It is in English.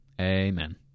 Amen